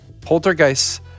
Poltergeists